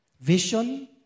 Vision